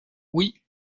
oui